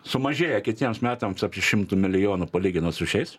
sumažėja kitiems metams apie šimtu milijonų palyginus su šiais